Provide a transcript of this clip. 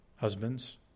husbands